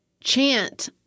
chant